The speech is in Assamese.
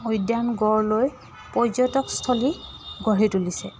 উদ্যান গঢ় লৈ পৰ্যটকস্থলী গঢ়ি তুলিছে